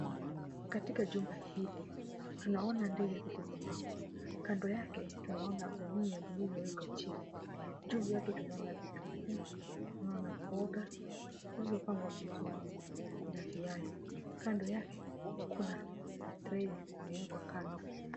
Katika jumba hili, tunaona ndizi zilizopangwa. Kando yake tunaona gunia lililowekwa chini. Juu yake tunaona vitunguu, tunaona mboga zilizopangwa vizuri. Kuna viazi, kando yake kuna matray imewekwa kando.